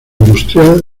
industrial